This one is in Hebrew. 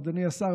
אדוני השר,